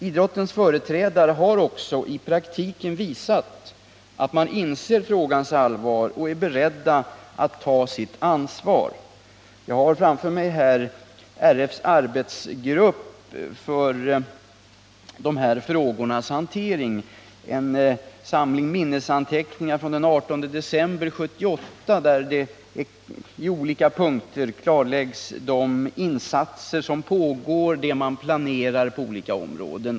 Idrottens företrädare har också i praktiken visat att de inser frågans allvar och är beredda att ta sitt ansvar. Jag har framför mig en samling minnesanteckningar från ett möte den 18 december 1978 med Riksidrottsförbundets arbetsgrupp för dessa frågors hantering. Där klarläggs i olika punkter de insatser som pågår och de som man planerar på olika områden.